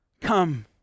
come